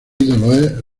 ídolo